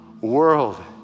world